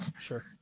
Sure